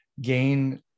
gain